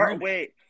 wait